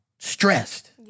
stressed